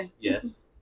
yes